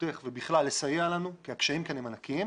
בראשותך ובכלל לסייע לנו כי הקשיים כאן הם ענקיים.